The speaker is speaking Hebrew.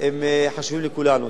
חשובים לכולנו.